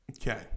Okay